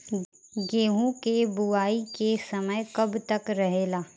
गेहूँ के बुवाई के समय कब तक रहेला?